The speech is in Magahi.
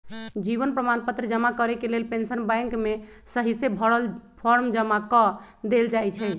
जीवन प्रमाण पत्र जमा करेके लेल पेंशन बैंक में सहिसे भरल फॉर्म जमा कऽ देल जाइ छइ